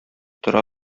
тора